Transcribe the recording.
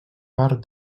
part